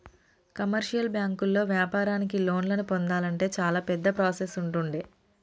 commercial బ్యాంకుల్లో వ్యాపారానికి లోన్లను పొందాలంటే చాలా పెద్ద ప్రాసెస్ ఉంటుండే